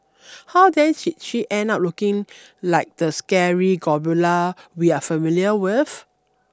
how then did she end up looking like the scary gargoyle we are familiar with